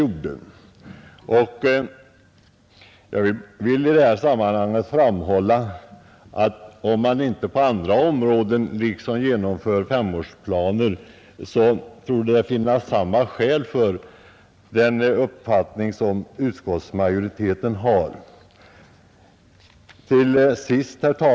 Jag vill framhålla att om man inte genomför femårsplaner på andra områden torde det vara av samma skäl som utskottsmajoriteten har i detta ärende.